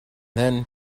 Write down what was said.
then